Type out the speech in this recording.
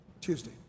Tuesday